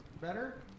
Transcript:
better